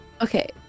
Okay